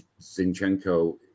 Zinchenko